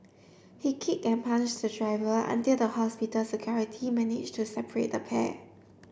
he kick and punish the driver until the hospital security manage to separate the pair